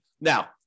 Now